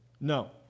No